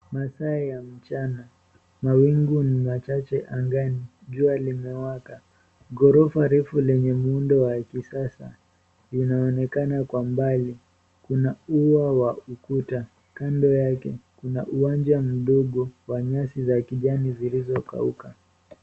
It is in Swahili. Masaa ya mchana, mawingu ni machache angani, jua limewaka. Ghorofa refu lenye muundo wa kisasa unaonekana kwa mbali. Kuna ua wa ukuta kando yake, kuna uwanja mdogo wa nyasi za kijani zilizokauka.